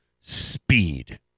speed